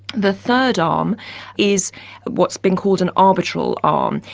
the third arm is what's been called an arbitral arm.